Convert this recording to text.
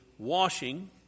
Washing